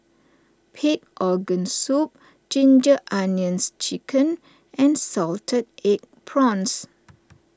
Pig Organ Soup Ginger Onions Chicken and Salted Egg Prawns